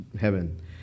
heaven